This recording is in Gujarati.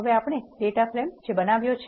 હવે આપણે ડેટા ફ્રેમ બનાવ્યો છે